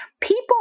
People